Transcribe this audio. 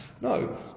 No